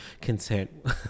content